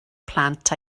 plant